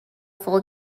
full